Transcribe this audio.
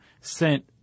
sent